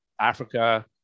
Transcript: Africa